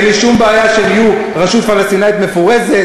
אין לי שום בעיה שהם יהיו רשות פלסטינית מפורזת.